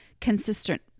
consistent